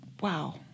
wow